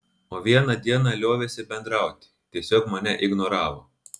o vieną dieną liovėsi bendrauti tiesiog mane ignoravo